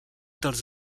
dels